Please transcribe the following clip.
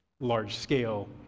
large-scale